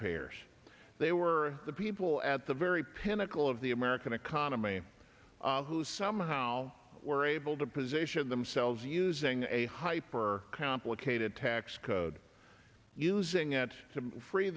payers they were the people at the very kl of the american economy who somehow were able to position themselves using a hyper complicated tax code using it to free